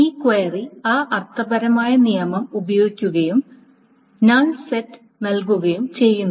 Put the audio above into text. ഈ ക്വയറി ആ അർത്ഥപരമായ നിയമം ഉപയോഗിക്കുകയും നൾ സെറ്റ് നൽകുകയും ചെയ്യുന്നു